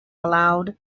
aloud